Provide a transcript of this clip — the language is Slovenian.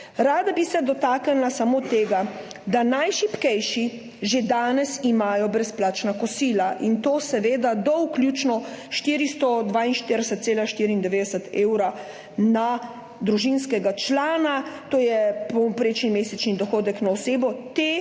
Rada bi se dotaknila samo tega, da imajo najšibkejši že danes brezplačna kosila, in to seveda do vključno 442,94 evrov na družinskega člana, to je povprečni mesečni dohodek na osebo.